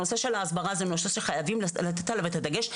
הנושא של ההסברה הוא נושא שחייבים לתת עליו את הדגש,